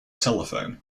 telephone